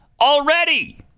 already